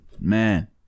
man